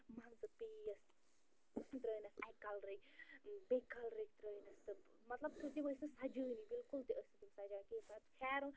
منٛزٕ پیٖس ترٛٲینکھ اَکہِ کلرٕکۍ بیٚکہِ کلرٕکۍ ترٛٲینس مطلب تِم ٲسۍ نہٕ سجٲنی بلکُل تہِ ٲسۍ نہٕ تِم سَجان کِہیٖنۍ پتہٕ خیرو